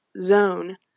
zone